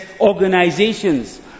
organizations